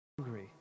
hungry